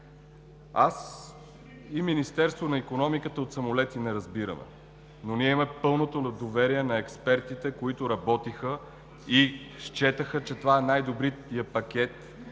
Аз и Министерството на икономиката от самолети не разбираме, но ние имаме пълното доверие на експертите, които работиха и счетоха, че това е най-добрият пакет,